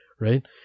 right